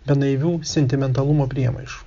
be naivių sentimentalumo priemaišų